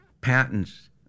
patents